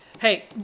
hey